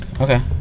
okay